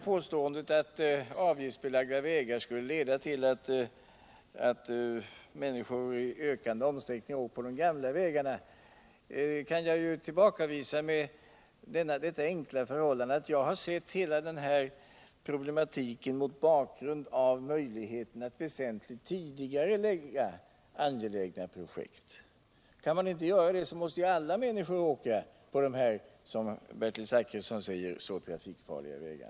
Påståendet att avgiftsbelagda vägar skulle leda till att människor i större utsträckning åker på de gamla vägarna kan jag tillbakavisa med det enkla konstaterandet att jag har sett hela den här problematiken mot bakgrunden av möjligheterna att väsentligt tidigarclägga angelägna projekt. Kan man inte göra det måste ju alla människor åka på dessa, som Bertil Zachrisson säger, så trafikfarliga vägar.